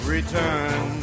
Return